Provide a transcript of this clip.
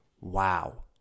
wow